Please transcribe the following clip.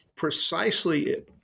precisely